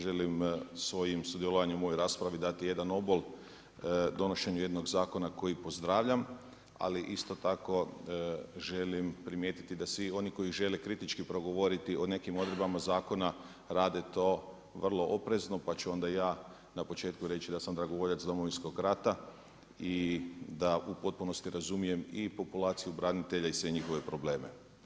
Želim svojim sudjelovanjem u ovoj raspravi dati jedan obol donošenju jednog zakona koji pozdravljam, ali isto tako želim primijetiti da svi oni koji žele kritički progovoriti o nekim odredbama zakona rade to vrlo oprezno, pa ću onda i ja na početku reći da sam dragovoljac Domovinskog rata i da u potpunosti razumije i populaciju i branitelje i sve njihove probleme.